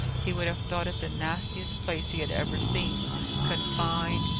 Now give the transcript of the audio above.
he would have thought it the nastiest place he had ever seen confined,